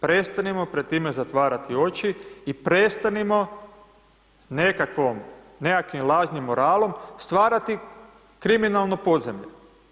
Prestanimo pred time zatvarati oči i prestanimo nekakvim lažnim moralom stvarati kriminalno podzemlje.